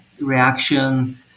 Reaction